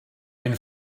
ein